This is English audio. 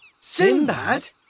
Sinbad